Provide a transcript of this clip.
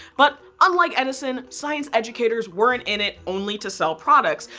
but unlike edison, science educators weren't in it only to sell products,